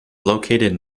located